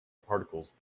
particles